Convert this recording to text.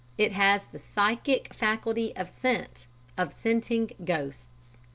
it has the psychic faculty of scent of scenting ghosts.